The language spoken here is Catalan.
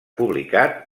publicat